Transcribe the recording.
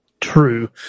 true